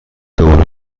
دوباره